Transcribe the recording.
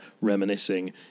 reminiscing